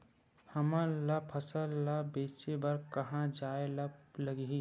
हमन ला फसल ला बेचे बर कहां जाये ला लगही?